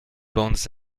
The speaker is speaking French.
bandes